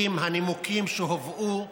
הנימוקים שהובאו